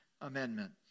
Amendment